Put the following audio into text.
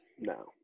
No